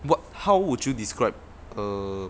what how would you describe err